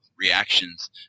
reactions